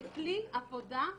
זה כלי עבודה רגולטורי.